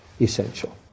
essential